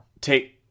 take